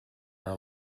our